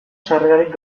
sarrerarik